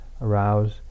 arouse